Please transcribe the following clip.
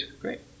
Great